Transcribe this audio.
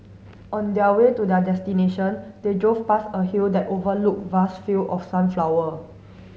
on their way to their destination they drove past a hill that overlooked vast field of sunflower